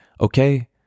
okay